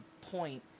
point